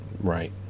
right